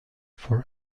for